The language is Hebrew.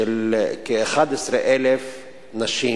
שכ-11,000 נשים